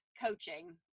Coaching